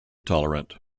tolerant